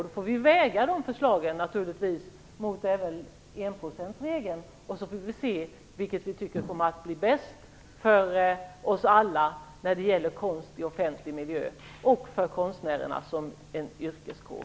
Då får vi väga förslagen mot enprocentsregeln. Sedan får vi se vilket vi tycker kommer att bli bäst för oss alla när det gäller konst i offentlig miljö och för konstnärerna som yrkeskår.